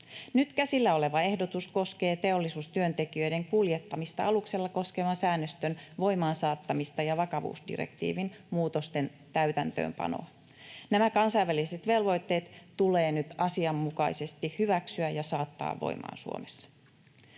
Nyt käsillä oleva ehdotus koskee teollisuustyöntekijöiden kuljettamista aluksella koskevan säännöstön voimaansaattamista ja vakavuusdirektiivin muutosten täytäntöönpanoa. Nämä kansainväliset velvoitteet tulee nyt asianmukaisesti hyväksyä ja saattaa voimaan Suomessa.